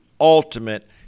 ultimate